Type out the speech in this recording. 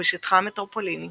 ובשטחה המטרופוליטני